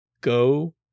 go